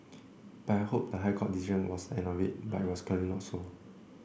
I had hoped the High Court decision was the end of it but that's clearly not so